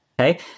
Okay